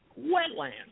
wetlands